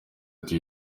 iti